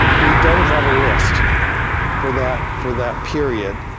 we don't have a list for that for that period.